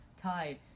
tied